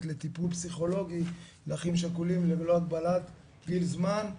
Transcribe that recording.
לטיפול פסיכולוגי לאחים שכולים ללא הגבלת גיל וזמן,